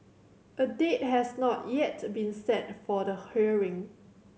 a date has not yet been set for the hearing